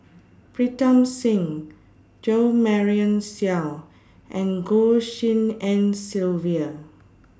Pritam Singh Jo Marion Seow and Goh Tshin En Sylvia